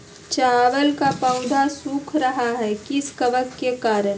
चावल का पौधा सुख रहा है किस कबक के करण?